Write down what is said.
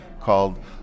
called